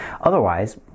Otherwise